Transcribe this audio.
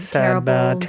terrible